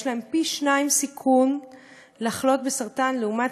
יש להם פי-שניים סיכון לחלות בסרטן לעומת